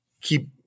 keep